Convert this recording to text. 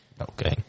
Okay